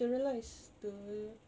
sterilise the